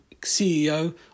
CEO